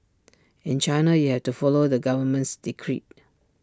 in China you have to follow the government's decree